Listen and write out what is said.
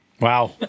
Wow